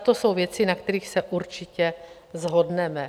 To jsou věci, na kterých se určitě shodneme.